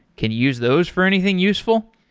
can you use those for anything useful?